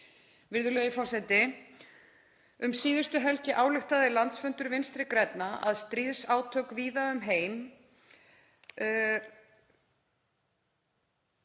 Virðulegur forseti. Um síðustu helgi ályktaði landsfundur Vinstri grænna um stríðsátök víða um heim